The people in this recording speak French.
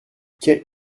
quai